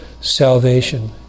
salvation